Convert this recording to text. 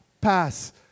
pass